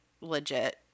legit